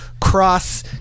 cross